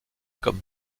comme